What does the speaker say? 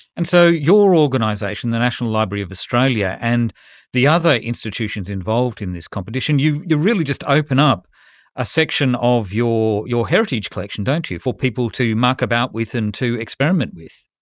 and so your organisation, the national library of australia, and the other institutions involved in this competition, you really just open up a section of your your heritage collection, don't you, for people to muck about with and to experiment with.